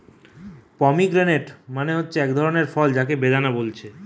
pomegranate মানে হচ্ছে একটা ধরণের ফল যাকে বেদানা বলছে